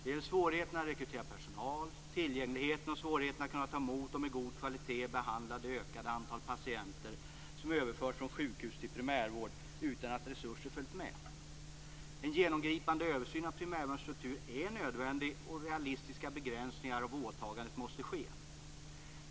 Det gäller svårigheterna att rekrytera personal, tillgängligheten och svårigheten att kunna ta emot och med god kvalitet behandla det ökade antal patienter som överförs från sjukhus till primärvård utan att resurser följt med. En genomgripande översyn av primärvårdens struktur är nödvändig, och realistiska begränsningar av åtagandet måste ske.